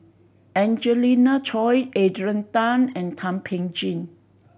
Angelina Choy Adrian Tan and Thum Ping Tjin